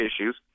issues